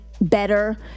better